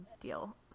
deal